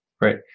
right